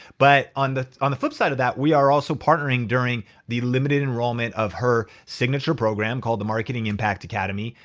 but on the on the flip side of that, we are also partnering during the limited enrollment of her signature program called the marketing impact academy,